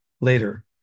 later